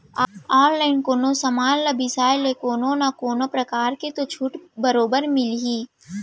online कोनो समान ल बिसाय ले कोनो न कोनो परकार के छूट तो बरोबर मिलही